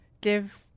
give